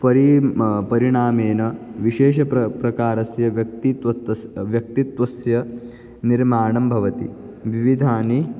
परि म परिणामेन विशेषः प्र प्रकारस्य व्यक्तित्वस्य व्यक्तित्वस्य निर्माणं भवति विविधानि